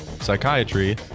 psychiatry